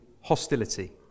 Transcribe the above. hostility